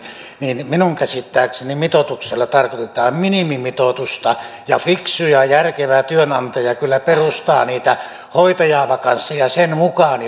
minun käsittääkseni mitoituksella tarkoitetaan minimimitoitusta ja fiksu ja järkevä työnantaja kyllä perustaa niitä hoitajavakansseja sen mukaan